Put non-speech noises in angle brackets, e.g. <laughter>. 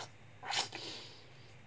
<noise>